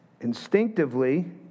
Instinctively